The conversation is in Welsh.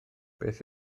beth